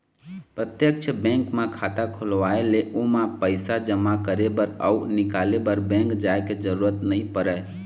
प्रत्यक्छ बेंक म खाता खोलवाए ले ओमा पइसा जमा करे बर अउ निकाले बर बेंक जाय के जरूरत नइ परय